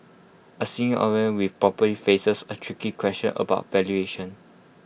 A with property faces A tricky question about valuation